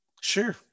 sure